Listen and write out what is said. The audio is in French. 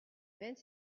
vingt